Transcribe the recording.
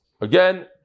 Again